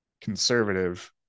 conservative